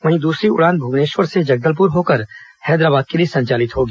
वहीं दूसरी उड़ान भुवनेश्वर से जगदलपुर होकर हैदराबाद के लिए संचालित होगी